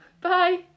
Bye